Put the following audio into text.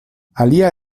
alia